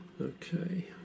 Okay